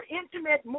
intimate